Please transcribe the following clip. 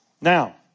Now